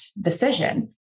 decision